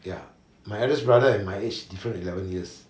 ya my eldest brother and my age different eleven years